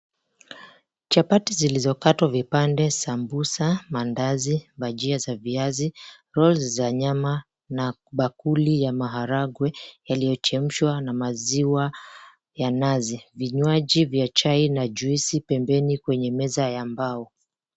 Chapati zilizo katwa vipande sambusa, mandazi, bhajia za viazi. [csRolls[cs za nyama na bakuli ya maharagwe yaliyo chemshwa na maziwa ya nazi, vinywaji vya chai na juisi pembeni kwenye meza ya mbao.